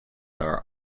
are